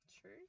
true